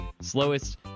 slowest